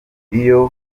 iyo